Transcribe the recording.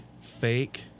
fake